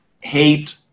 Hate